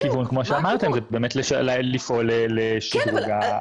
הכיוון, כמו שאמרתם, זה באמת לפעול לשדרוג המט"ש.